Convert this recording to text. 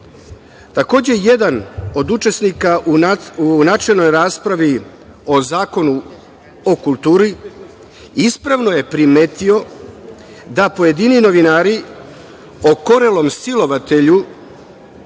jedan od učesnika u načelnoj raspravi o Zakonu o kulturi ispravno je primetio da pojedini novinari okorelom silovatelju,